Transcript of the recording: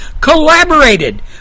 collaborated